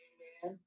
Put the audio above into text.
Amen